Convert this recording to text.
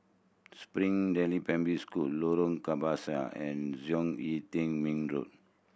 Springdale Primary School Lorong Kebasi and Zhong Yi Tian Ming Road